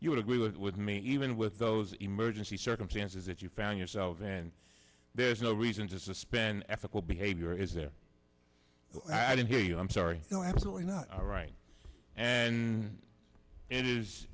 you would agree with me even with those emergency circumstances that you found yourself and there's no reason to suspect in ethical behavior is there i didn't hear you i'm sorry no absolutely not all right and it is